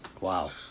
Wow